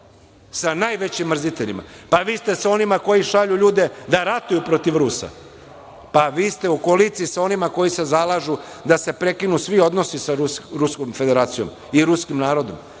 sa najvećim mrziteljima. Pa, vi ste sa onima koji šalju ljude da ratuju protiv Rusa, pa vi ste u koaliciji sa onima koji se zalažu da se prekinu svi odnosi sa Ruskom Federacijom i ruskim narodom,